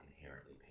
inherently